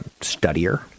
studier